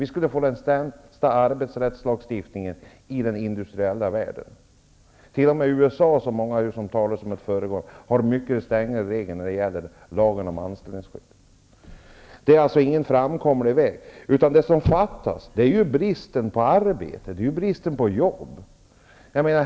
Vi skulle få den sämsta arbetsrättslagstiftningen i den industriella världen; t.o.m. USA har mycket strängare regler när det gäller lagen om anställningsskydd. Det är alltå ingen framkomlig väg. Det är frågan om brist på arbete.